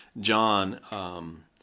John